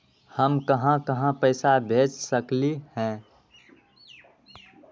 हम कहां कहां पैसा भेज सकली ह?